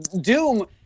Doom